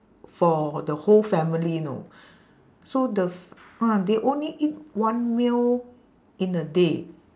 for the whole family you know so the f~ ah they only eat one meal in a day